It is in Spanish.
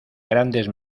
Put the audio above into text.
grandes